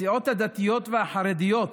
הסיעות הדתיות והחרדיות,